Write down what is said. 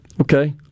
Okay